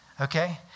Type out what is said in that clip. Okay